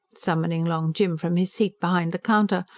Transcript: summoning long jim from his seat behind the counter,